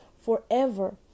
forever